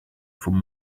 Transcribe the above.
from